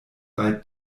bei